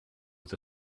with